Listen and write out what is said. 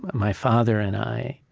my father and i,